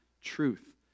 truth